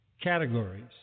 categories